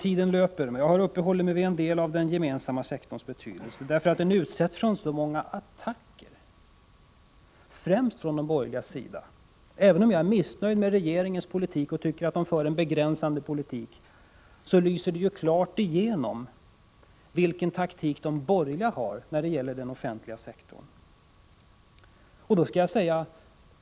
Tiden löper. Jag har uppehållit mig vid den gemensamma sektorns betydelse därför att den utsätts för många attacker, främst från de borgerligas sida. Även om jag är missnöjd med regeringens politik och tycker att man för en begränsande politik, lyser det klart igenom vilken taktik de borgerliga har när det gäller den offentliga sektorn.